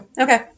Okay